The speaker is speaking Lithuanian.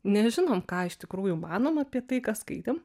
nežinom ką iš tikrųjų manom apie tai ką skaitėm